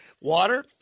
water